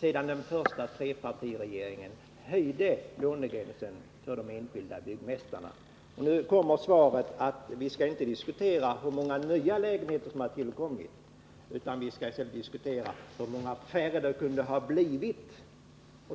sedan den första trepartiregeringen höjde lånegränsen för de enskilda byggmästarna? Nu kommer svaret att vi inte skall diskutera hur många nya lägenheter som tillkommit utan att vi i stället skall diskutera hur många färre det kunde ha blivit.